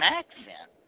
accent